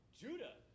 judah